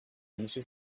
monsieur